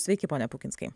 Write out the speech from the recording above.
sveiki pone pukinskai